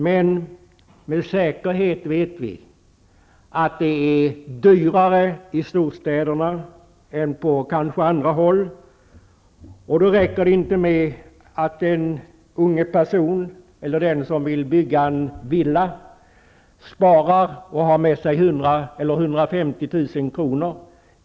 Men med säkerhet vet vi att det är dyrare i storstäderna än på många andra håll. Det räcker då inte med att den unge personen eller den som vill bygga en villa sparar och har med sig 100 000 eller 150 000 kr.